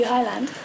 Highland